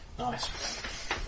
Nice